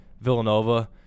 Villanova